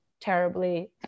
terribly